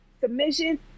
Submission